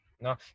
no